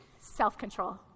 Self-control